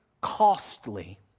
costly